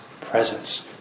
presence